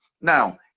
now